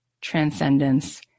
transcendence